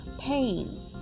pain